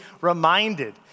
reminded